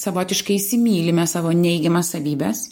savotiškai įsimylime savo neigiamas savybes